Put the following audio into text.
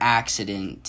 accident